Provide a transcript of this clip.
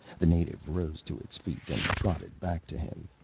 the native rose to its feet and trotted back to him.